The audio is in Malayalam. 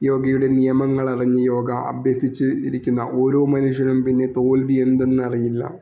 യോഗയുടെ നിയമങ്ങളറിഞ്ഞ് യോഗ അഭ്യാസിച്ച് ഇരിക്കുന്ന ഓരോ മനുഷ്യനും പിന്നെ തോൽവി എന്തെന്നറിയില്ല